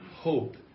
hope